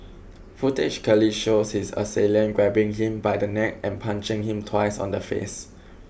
footage clearly shows his assailant grabbing him by the neck and punching him twice on the face